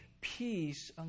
peace